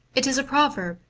it is a proverb,